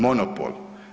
Monopol.